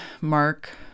Mark